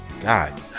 God